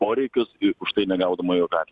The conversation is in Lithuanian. poreikius ir už tai negaudama jokio atlygio